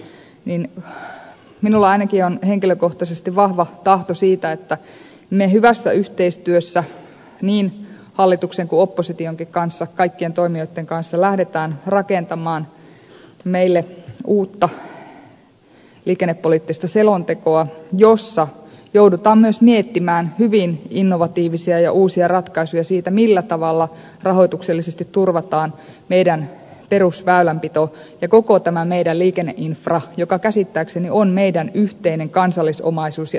mutta minulla on ainakin henkilökohtaisesti vahva tahto siitä että me hyvässä yhteistyössä niin hallituksen kuin oppositionkin kanssa kaikkien toimijoitten kanssa lähdemme rakentamaan meille uutta liikennepoliittista selontekoa jossa joudutaan myös miettimään hyvin innovatiivisia ja uusia ratkaisuja siitä millä tavalla rahoituksellisesti turvataan meidän perusväylänpito ja koko tämä meidän liikenneinfra joka käsittääkseni on meidän yhteinen kansallisomaisuutemme ja yhteinen perintömme